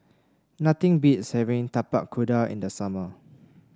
nothing beats having Tapak Kuda in the summer